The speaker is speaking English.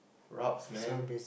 rabz man